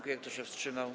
Kto się wstrzymał?